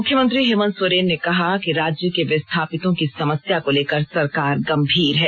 मुख्यमंत्री हेमंत सोरेन ने कहा कि राज्य के विस्थापितों की समस्या को लेकर सरकार गंभीर है